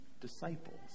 disciples